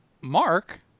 Mark